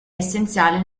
essenziale